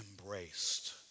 embraced